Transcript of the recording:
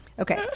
Okay